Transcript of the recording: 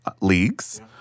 leagues